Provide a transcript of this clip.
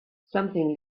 something